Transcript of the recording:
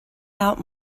out